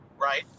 right